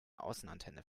außenantenne